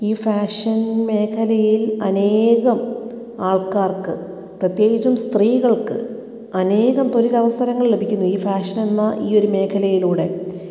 ഈ ഫാഷൻ മേഖലയിൽ അനേകം ആൾക്കാർക്ക് പ്രത്യേകിച്ചും സ്ത്രീകൾക്ക് അനേകം തൊഴിലവസരങ്ങൾ ലഭിക്കുന്നു ഈ ഫാഷനെന്ന ഈ ഒരു മേഖലയിലൂടെ